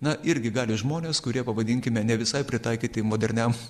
na irgi gali žmonės kurie pavadinkime ne visai pritaikyti moderniam